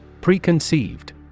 Preconceived